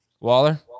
Waller